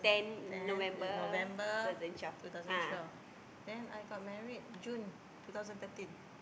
ten November two thousand twelve then I got married June two thousand thirteen